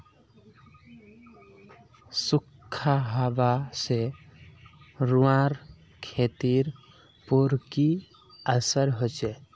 सुखखा हाबा से रूआँर खेतीर पोर की असर होचए?